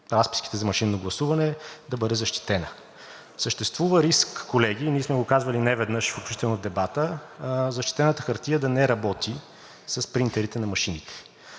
разписките за машинно гласуване да бъде защитена. Съществува риск, колеги, ние сме го казвали неведнъж, включително в дебата, защитената хартия да не работи с принтерите на машините.